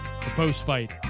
post-fight